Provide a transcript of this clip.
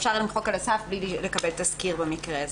אפשר למחוק על הסף בלי לקבל תסקיר במקרה הזה.